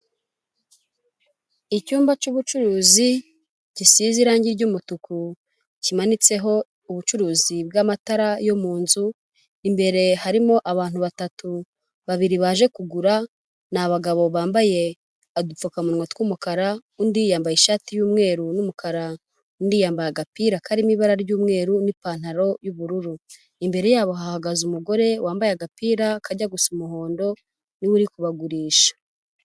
Icyumba cy'ubucuruzi gisize irangi ry'umutuku kimanitseho ubucuruzi bw'amatara yo mu nzu, imbere harimo abantu batatu, babiri baje kugura ni abagabo bambaye udupfukamunwa tw'umukara, undi yambaye ishati y'umweru n'umukara, undi yambaye agapira karimo ibara ry'umweru n'ipantaro y'ubururu, imbere yabo hahagaze umugore wambaye agapira kajya gusa umuhondo ni we uri kubagurisha.